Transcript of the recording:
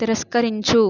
తిరస్కరించు